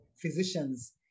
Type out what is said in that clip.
physicians